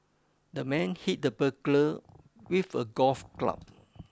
the man hit the burglar with a golf club